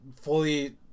fully